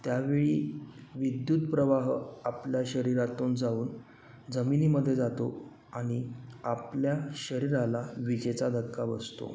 त्यावेळी विद्युतप्रवाह आपल्या शरीरातून जाऊन जमिनीमध्ये जातो आणि आपल्या शरीराला विजेचा धक्का बसतो